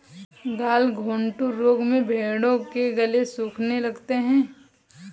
गलघोंटू रोग में भेंड़ों के गले सूखने लगते हैं